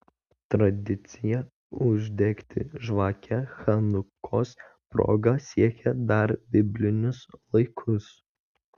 tradicija uždegti žvakę chanukos proga siekia dar biblinius laikus